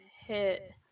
hit